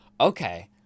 okay